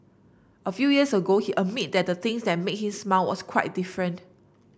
a few years ago he admit that the things that made him smile was quite different